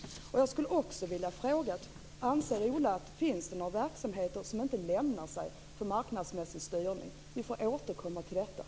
Anser Ola Karlsson att det finns verksamheter som inte lämpar sig för marknadsmässig styrning? Till detta får vi återkomma.